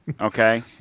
Okay